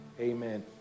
Amen